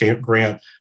grant